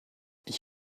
ich